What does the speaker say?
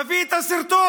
תביא את הסרטון.